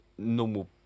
Normal